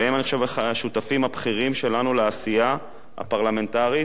והם אני חושב השותפים הבכירים שלנו לעשייה הפרלמנטרית,